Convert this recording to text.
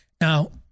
Now